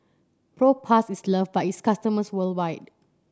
Propass is love by its customers worldwide